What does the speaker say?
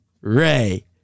Ray